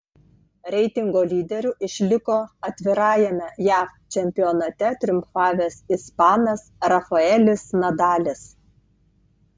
reitingo lyderiu išliko atvirajame jav čempionate triumfavęs ispanas rafaelis nadalis